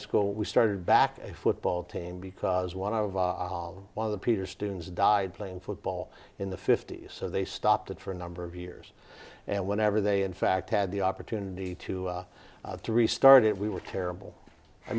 school we started back a football team because one of the one of the peter students died playing football in the fifty's so they stopped it for a number of years and whenever they in fact had the opportunity to restart it we were terrible i